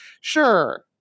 sure